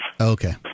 Okay